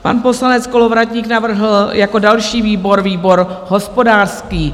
Pan poslanec Kolovratník navrhl jako další výbor výbor hospodářský.